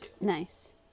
Nice